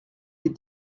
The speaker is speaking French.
les